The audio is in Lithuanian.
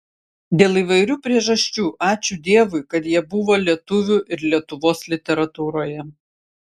dėl įvairių priežasčių ačiū dievui kad jie buvo lietuvių ir lietuvos literatūroje